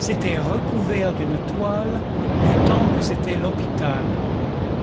c'était recouvert d'une toile du temps que c'était l'hôpital